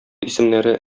исемнәре